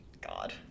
God